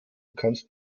kannst